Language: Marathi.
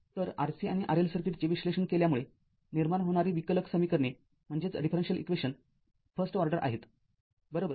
तर RC आणि RL सर्किटचे विश्लेषण केल्यामुळे निर्माण होणारी विकलक समीकरणे फर्स्ट ऑर्डर आहेत बरोबर